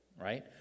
right